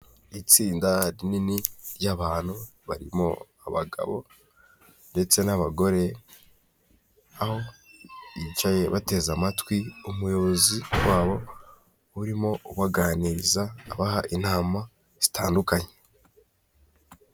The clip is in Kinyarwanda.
Itsinda rinini ry'abantu barimo abagabo ndetse n'abagore, aho bicaye bateze amatwi umuyobozi wabo urimo ubaganiriza abaha inama zitandukanye.